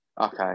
Okay